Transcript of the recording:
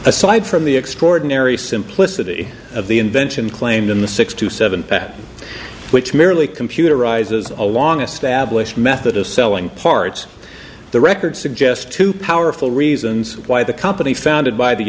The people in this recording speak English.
aside from the extraordinary simplicity of the invention claimed in the six to seven that which merely computerize as a long established method of selling parts the record suggest two powerful reasons why the company founded by the